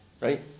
right